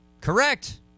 Correct